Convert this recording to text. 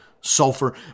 sulfur